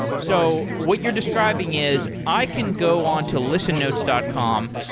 so what you're describing is i can go on to listennotes dot com.